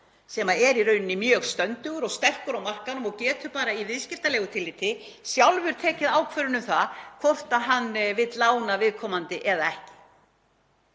sem er í rauninni mjög stöndugur og sterkur á markaðnum og getur bara í viðskiptalegu tilliti sjálfur tekið ákvörðun um það hvort hann vill lána viðkomandi eða ekki.